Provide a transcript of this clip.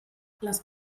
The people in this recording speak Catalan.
les